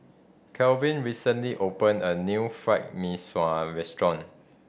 Calvin recently opened a new Fried Mee Sua restaurant